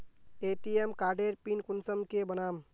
ATM कार्डेर pin कुंसम के बनाम?